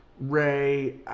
Ray